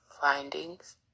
findings